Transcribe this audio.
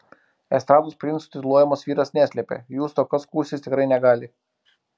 estrados princu tituluojamas vyras neslepia jų stoka skųstis tikrai negali